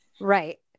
right